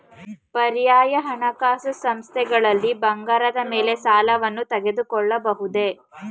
ಪರ್ಯಾಯ ಹಣಕಾಸು ಸಂಸ್ಥೆಗಳಲ್ಲಿ ಬಂಗಾರದ ಮೇಲೆ ಸಾಲವನ್ನು ತೆಗೆದುಕೊಳ್ಳಬಹುದೇ?